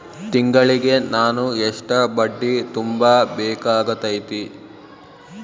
ತಿಂಗಳಿಗೆ ನಾನು ಎಷ್ಟ ಬಡ್ಡಿ ತುಂಬಾ ಬೇಕಾಗತೈತಿ?